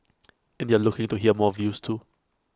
and they're looking to hear more views too